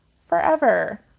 Forever